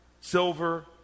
silver